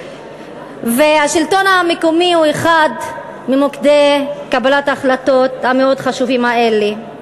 והשלטון המקומי הוא אחד ממוקדי קבלת ההחלטות המאוד חשובים האלה.